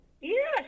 Yes